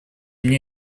мне